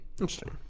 Interesting